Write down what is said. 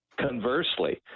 conversely